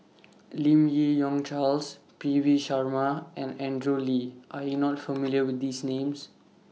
Lim Yi Yong Charles P V Sharma and Andrew Lee Are YOU not familiar with These Names